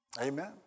Amen